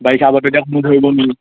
বাৰিষা বতৰ এতিয়া কোনো ধৰিব নোৱাৰি